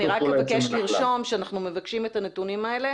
אני אבקש לרשום שאנחנו מבקשים את הנתונים האלה